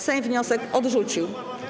Sejm wniosek odrzucił.